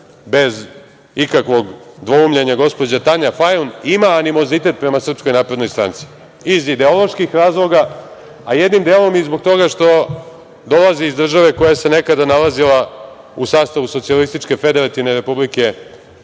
bez ikakvog dvoumljenja, gospođa Tanja Fajon ima animozitet prema Srpskoj naprednoj stranci, iz ideoloških razloga, a jednim delom i zbog toga što dolazi iz države koja se nekada nalazila u sastavu SFRJ i nekako je